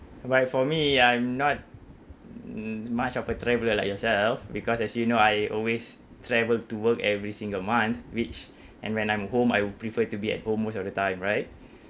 but for me I'm not much of a traveller like yourself because as you know I always travel to work every single month which and when I'm home I would prefer to be at home most of the time right